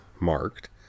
marked